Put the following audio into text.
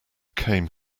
came